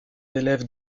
élèves